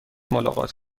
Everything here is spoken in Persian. ملاقات